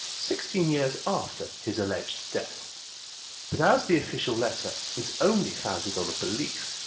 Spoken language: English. sixteen years after his alleged death but as the official letter is only founded on a belief,